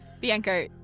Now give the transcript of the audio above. Bianco